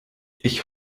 ich